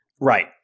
Right